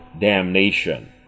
damnation